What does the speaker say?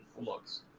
looks